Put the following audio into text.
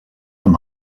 amb